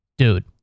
Dude